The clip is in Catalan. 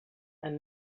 amb